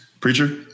Preacher